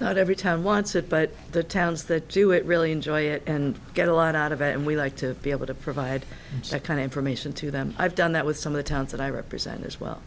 not every time wants it but the towns that do it really enjoy it and get a lot out of it and we like to be able to provide that kind of information to them i've done that with some of the towns that i represent as well